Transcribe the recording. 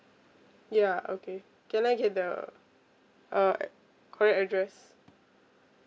ya okay can I get the uh correct address